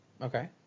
Okay